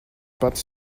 pati